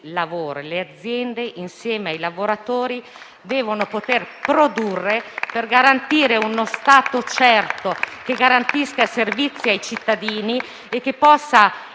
le aziende, insieme ai lavoratori, devono poter produrre per garantire uno Stato certo, che garantisca servizi ai cittadini e che possa,